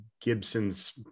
Gibson's